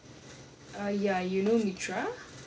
ya you know mitra